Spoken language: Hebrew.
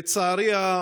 לצערי,